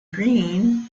green